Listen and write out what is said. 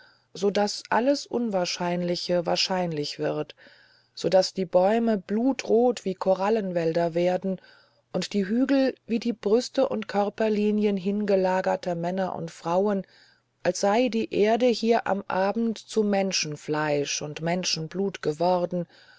so daß alles unwahrscheinliche wahrscheinlich wird so daß die bäume blutrot wie korallenwälder werden und die hügel wie die brüste und körperlinien hingelagerter männer und frauen als sei die erde hier am abend zu menschenfleisch und menschenblut geworden